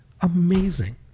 amazing